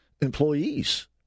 employees